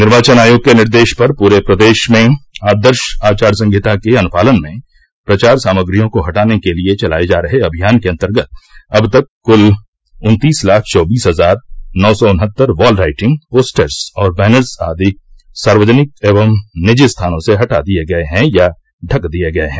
निर्वाचन आयोग के निर्देश पर पूरे प्रदेश में आदर्श आचार संहिता के अनुपालन में प्रचार सामग्रियों को हटाने के लिए चलाये जा रहे अभियान के अन्तर्गत अब तक कुल उन्तीस लाख चौबीस हजार नौ सौ उन्हत्तर यॉल राइटिंग पोस्टर्स और बैनर्स आदि सार्वजनिक एवं निजी स्थानों से हटा दिये गये हैं या ढक दिये गये हैं